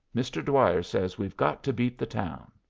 mr. dwyer says we've got to beat the town.